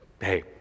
Hey